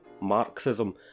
Marxism